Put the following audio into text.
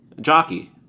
Jockey